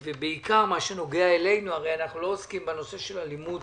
בעיקר מה שנוגע אלינו הרי אנחנו לא עוסקים בנושא של אלימות